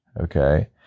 okay